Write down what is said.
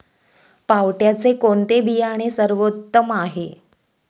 पावट्याचे कोणते बियाणे सर्वोत्तम आहे?